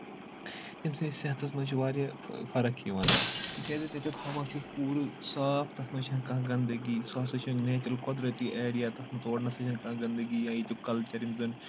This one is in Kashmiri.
تٔمۍ سٕنٛدِ صحتَس منٛز چھِ واریاہ فرق یِوان تِکیازِ تَتیُک ہوا چھُ پوٗرٕ صاف تَتھ منٛز چھےٚ نہٕ کانٛہہ گنٛدگی سُہ ہَسا چھِ نیچرَل قۄدرٔتی ایریا تَتھ منٛز تور نَسا چھےٚ نہٕ کانٛہہ گنٛدگی یا ییٚتیُک کَلچَر یِم زَن